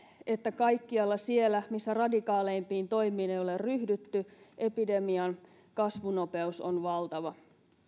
että kaikkialla siellä missä radikaaleimpiin toimiin ei ole ryhdytty epidemian kasvunopeus on valtava